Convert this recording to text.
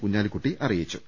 കുഞ്ഞാലിക്കുട്ടി അറി യിച്ചു